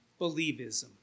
believism